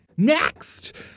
Next